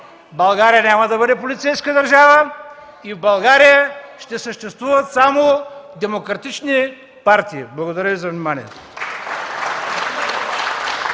България няма да бъде полицейска държава и в България ще съществуват само демократични партии. Благодаря Ви за вниманието.